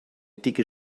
dicke